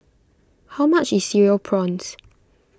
how much is Cereal Prawns